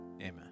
Amen